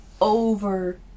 Over